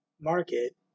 market